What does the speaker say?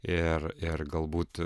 ir ir galbūt